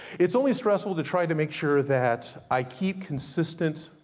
it's only stressful to try to make sure that, i keep consistent,